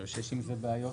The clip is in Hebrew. בגלל שיש עם זה בעיות.